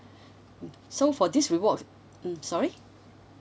mm so for this reward mm sorry